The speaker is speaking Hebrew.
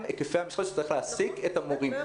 היקפי המשרה שבהם צריך להעסיק את המורים.